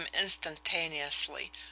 instantaneously